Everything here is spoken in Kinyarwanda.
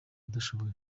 udashoboye